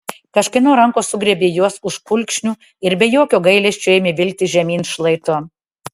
kažkieno rankos sugriebė juos už kulkšnių ir be jokio gailesčio ėmė vilkti žemyn šlaitu